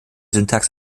syntax